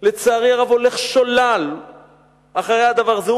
לצערי הרב הולך שולל אחרי הדבר הזה.